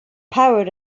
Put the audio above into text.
power